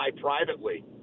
privately